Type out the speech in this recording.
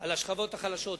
על השכבות החלשות.